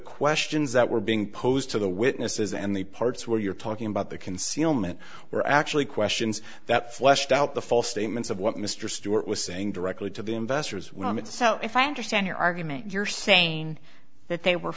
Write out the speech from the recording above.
questions that were being posed to the witnesses and the parts where you're talking about the concealment were actually questions that fleshed out the false statements of what mr stewart was saying directly to the investors so if i understand your argument you're saying that they were